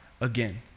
again